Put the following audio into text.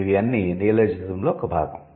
ఇవి అన్నీ నియోలాజిజం లో ఒక భాగం